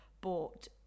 bought